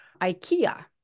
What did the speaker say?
IKEA